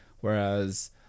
whereas